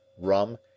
rum